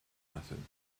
nothing